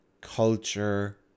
culture